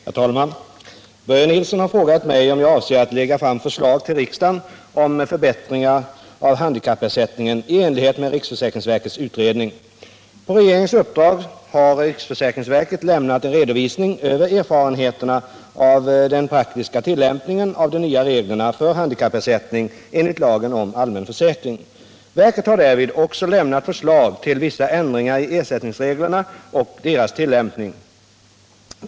Herr talman! Börje Nilsson har frågat mig om jag avser att lägga fram förslag till riksdagen om förbättringar av handikappersättningen i enlighet med riksförsäkringsverkets utredning. På regeringens uppdrag har riksförsäkringsverket lämnat en redovisning över erfarenheterna av den praktiska tillämpningen av de nya reglerna för handikappersättning enligt lagen om allmän försäkring. Verket har därvid också lämnat förslag till vissa ändringar i ersättningsreglerna och deras tillämpning.